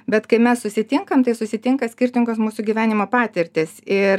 bet kai mes susitinkam tai susitinka skirtingos mūsų gyvenimo patirtys ir